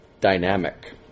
dynamic